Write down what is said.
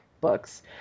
books